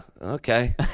Okay